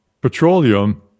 petroleum